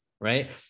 right